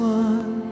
one